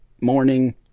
morning